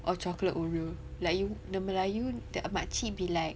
or chocolate oreo like you the melayu the makcik be like